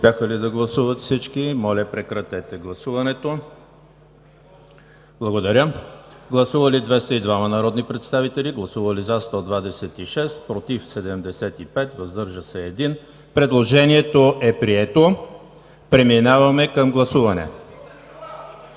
Предложението е прието. Преминаваме към гласуване.